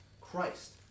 Christ